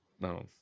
No